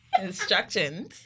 instructions